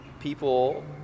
people